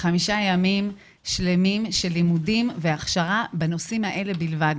חמישה ימים שלמים של לימודים והכשרה בנושאים האלה בלבד,